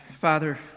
Father